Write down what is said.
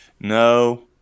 No